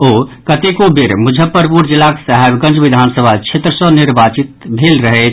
ओ कतेको बेर मुजफ्फरपुर जिलाक साहेबगंज विधान सभा क्षेत्र सॅ निर्वाचित भेल रहैथ